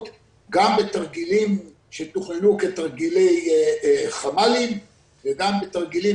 גם בתרגילים שתוכננו כתרגילי חמ"לים וגם בתרגילים